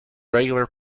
regular